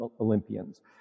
Olympians